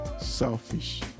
selfish